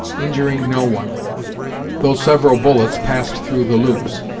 injuring no one though several bullets passed through the loops.